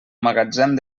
magatzem